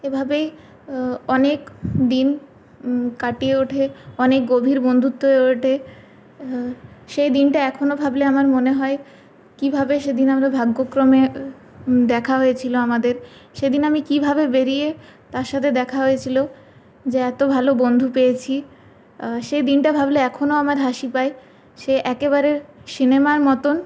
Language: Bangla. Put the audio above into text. এভাবেই অনেকদিন কাটিয়ে উঠে অনেক গভীর বন্ধুত্ব হয়ে ওঠে সেই দিনটা এখনো ভাবলে আমার মনে হয় কীভাবে সেদিন আমরা ভাগ্যক্রমে দেখা হয়েছিলো আমাদের সেদিন আমি কীভাবে বেরিয়ে তার সাথে দেখা হয়েছিলো যে এত ভালো বন্ধু পেয়েছি সেই দিনটা ভাবলে এখনো আমার হাসি পায় সে একেবারে সিনেমার মতন